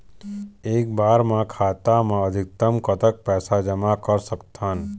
एक बार मा खाता मा अधिकतम कतक पैसा जमा कर सकथन?